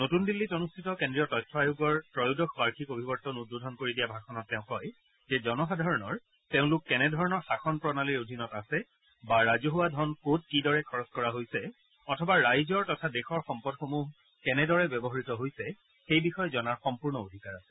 নতুন দিল্লীত অনুষ্ঠিত কেন্দ্ৰীয় তথ্য আয়োগৰ ত্ৰয়োদশ বাৰ্যিক অভিৱৰ্তন উদ্বোধন কৰি দিয়া ভাষণত তেওঁ কয় যে জনসাধাৰণৰ তেওঁলোক কেনেধৰণৰ শাসন প্ৰণালীৰ অধীনত আছে বা ৰাজহুৱা ধন কত কিদৰে খৰচ কৰা হৈছে অথবা ৰাইজৰ তথা দেশৰ সম্পদসমূহ কেনেদৰে ব্যৱহাত হৈছে সেই বিষয়ে জনাৰ সম্পূৰ্ণ অধিকাৰ আছে